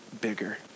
bigger